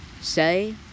Say